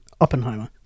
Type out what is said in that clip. Oppenheimer